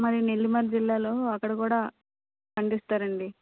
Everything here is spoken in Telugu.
మరి నెల్లిమల్ జిల్లాలో అక్కడ కూడా పండిస్తారండి